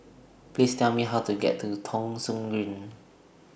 Please Tell Me How to get to Thong Soon Green